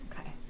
Okay